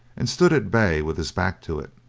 and stood at bay with his back to it.